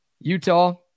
Utah